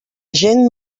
gent